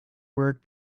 work